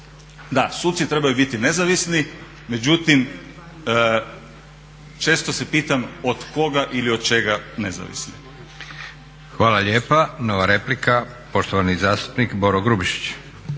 Da suci trebaju biti nezavisni, međutim često se pitam od koga ili od čega nezavisni. **Leko, Josip (SDP)** Hvala lijepa. Nova replika poštovani zastupnik Boro Grubišić.